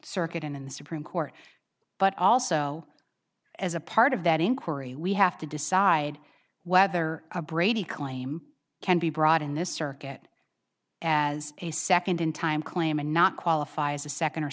circuit and in the supreme court but also as a part of that inquiry we have to decide whether a brady claim can be brought in this circuit as a second in time claim and not qualify as a second or